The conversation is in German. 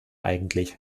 eigentlich